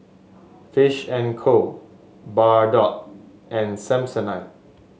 Fish and Co Bardot and Samsonite